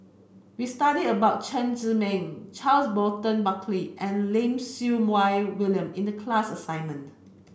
we studied about Chen Zhiming Charles Burton Buckley and Lim Siew Wai William in the class assignment